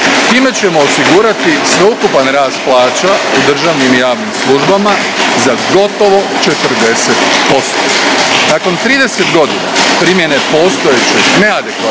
Time ćemo osigurati sveukupan rast plaća u državnim i javnim službama za gotovo 40%. Nakon 30 godina primjene postojećeg, neadekvatnog